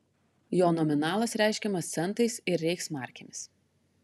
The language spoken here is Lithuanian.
jo nominalas reiškiamas centais ir reichsmarkėmis